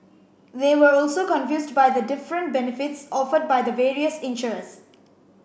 they were also confused by the different benefits offered by the various insurers